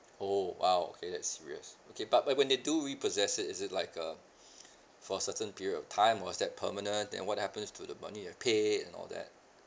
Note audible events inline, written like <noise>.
oh !wow! okay that's serious okay but when when they do re possess it is it like a <breath> for certain period of time was that permanent then what happens to the money I paid and all that